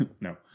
no